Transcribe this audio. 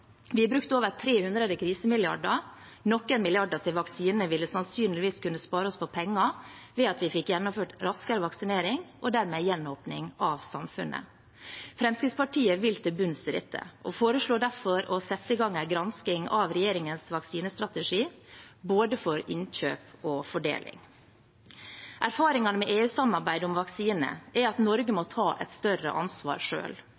Vi har brukt over 300 krisemilliarder. Noen milliarder til vaksine ville sannsynligvis kunne spare oss for penger ved at vi fikk gjennomført raskere vaksinering, og dermed gjenåpning av samfunnet. Fremskrittspartiet vil til bunns i dette og foreslår derfor å sette i gang en gransking av regjeringens vaksinestrategi for både innkjøp og fordeling. Erfaringene med EU-samarbeidet om vaksiner er at Norge